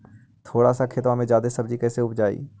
थोड़ा सा खेतबा में जादा सब्ज़ी कैसे उपजाई?